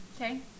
Okay